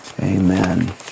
Amen